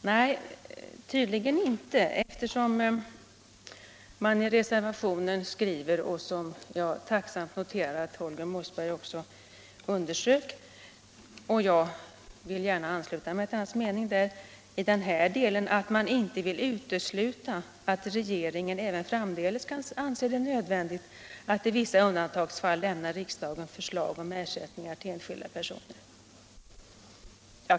Nej, tydligen inte, eftersom man i reservationen skriver — jag har tacksamt noterat att även Holger Mossberg har understrukit den saken, och jag vill gärna ansluta mig till hans mening i den delen — att man inte vill utesluta att regeringen också framdeles kan anse det nödvändigt att i vissa undantagsfall lämna riksdagen förslag om ersättningar till enskilda personer.